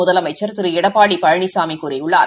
முதலமைச்சள் திரு எடப்பாடி பழனிசாமி கூறியுள்ளார்